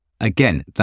again